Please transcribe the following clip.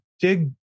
Dig